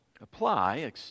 apply